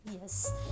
yes